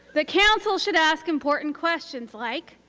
the council should ask important questions like,